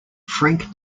frank